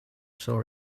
saw